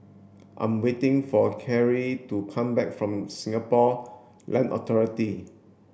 I'm waiting for Cary to come back from Singapore Land Authority